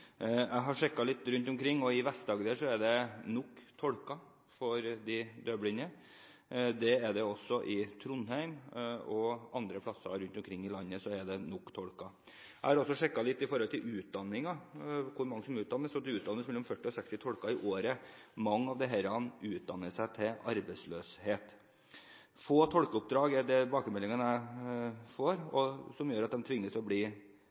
rundt omkring i landet er det nok tolker for de døvblinde. Jeg har også sjekket litt når det gjelder hvor mange som utdannes, og det utdannes mellom 40 og 60 tolker i året. Mange av disse utdanner seg til arbeidsløshet. Det er få tolkeoppdrag – det er tilbakemeldingen jeg får, og det tvinger dem til å bli